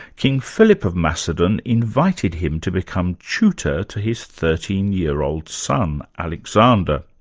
king philip of macedon, invited him to become tutor to his thirteen-year-old son, alexander.